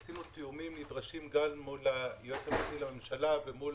עשינו תיאומים נדרשים גם מול היועץ המשפטי לממשלה ומול